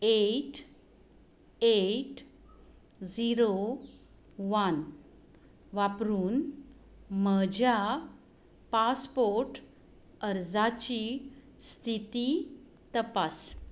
eight eight zero one वापरून म्हज्या passport अर्जाची स्थिती तपास